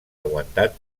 aguantat